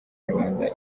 rubanda